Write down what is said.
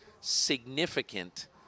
significant